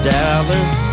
Dallas